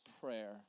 prayer